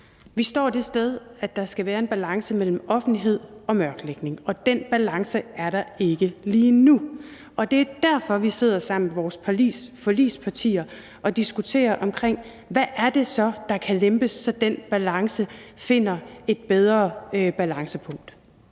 Vi står det sted, at der skal være en balance mellem offentlighed og mørklægning, og den balance er der ikke lige nu. Det er derfor, vi sidder sammen med vores forligspartier og diskuterer, hvad det så er, der kan lempes, så den balance finder et bedre balancepunkt.